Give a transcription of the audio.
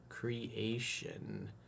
creation